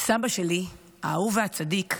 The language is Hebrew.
סבא שלי האהוב והצדיק,